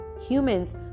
Humans